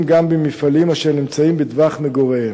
במפעלים אשר נמצאים בטווח מגוריהם,